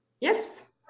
Yes